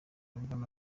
angana